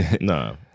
No